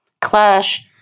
clash